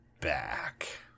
back